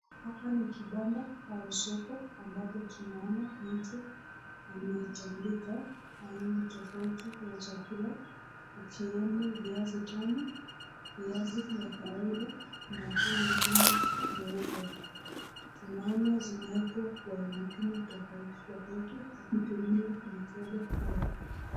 Hapa ni kibanda au soko ambapo tunaona mtu ametandika aina tofauti ya chakula ikiwemo viazi tamu, viazi vya kawaida na hii ingine nyeupe. Tunaona zimewekwa kwa vipimo tofauti tofauti kwa kutumia mikebe.